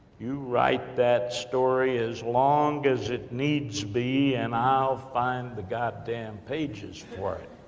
you write that story as long as it needs be, and i'll find the god-damn pages for it.